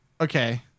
Okay